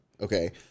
okay